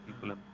people